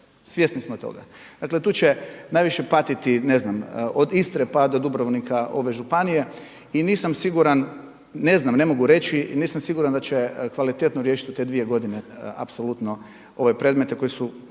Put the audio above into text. Svjesni smo toga. Dakle tu će najviše patiti, ne znam, od Istre pa do Dubrovnika ove županije. I nisam siguran, ne znam, ne mogu reći i nisam siguran da će kvalitetno riješiti u te dvije godine apsolutno ove predmete koji su,